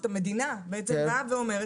המדינה בעצם באה ואומרת: